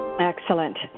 Excellent